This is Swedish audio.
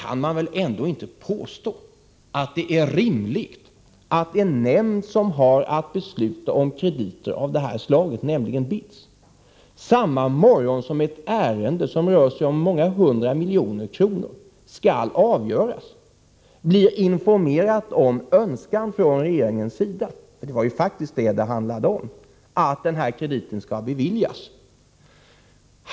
Man kan väl ändå inte påstå att det är rimligt att en nämnd som har att besluta om krediter av det här slaget, nämligen BITS, samma morgon som ett ärende som rör sig om flera hundra miljoner skall avgöras, blir informerad om en önskan från regeringens sida — det var ju faktiskt vad det hela handlade om — om att krediten i fråga skulle beviljas.